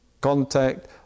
contact